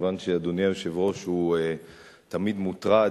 כיוון שאדוני היושב-ראש תמיד מוטרד,